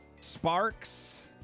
Sparks